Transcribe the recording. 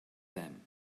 them